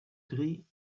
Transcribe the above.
drie